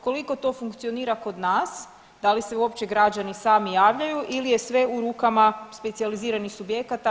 Koliko to funkcionira kod nas, da li se uopće građani sami javljaju ili je sve u rukama specijaliziranih subjekata?